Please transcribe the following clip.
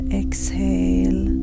exhale